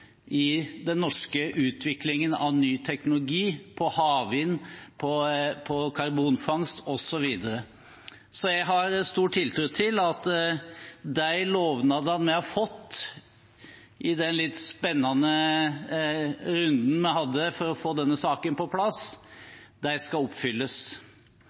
den norske utviklingen av ny teknologi – innen havvind, karbonfangst osv. Jeg har stor tiltro til at de lovnadene vi har fått i den litt spennende runden vi hadde for å få denne saken på plass, skal oppfylles.